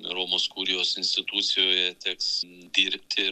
romos kurijos institucijoje teks dirbti